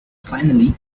finally